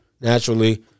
Naturally